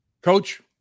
Coach